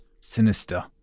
Sinister